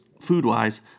food-wise